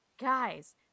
guys